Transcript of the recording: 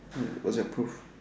where was that proof